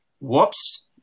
Whoops